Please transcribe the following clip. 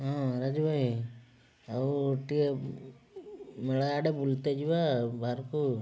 ହଁ ରାଜୁ ଭାଇ ଆଉ ଟିକେ ମେଳା ଆଡ଼େ ବୁଲିତେ ଯିବା ବାହାରକୁ